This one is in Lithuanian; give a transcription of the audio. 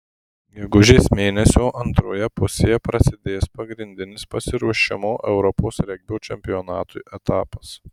gegužės mėnesio antroje pusėje prasidės pagrindinis pasiruošimo europos regbio čempionatui etapas